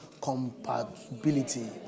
compatibility